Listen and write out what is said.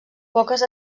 poques